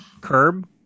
Curb